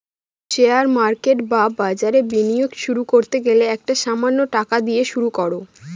share market বা বাজারে বিনিয়োগ শুরু করতে গেলে একটা সামান্য টাকা দিয়ে শুরু করো